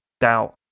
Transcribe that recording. doubt